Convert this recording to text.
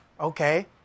Okay